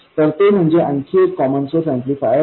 तर ते म्हणजे आणखी एक कॉमन सोर्स ऍम्प्लिफायर आहे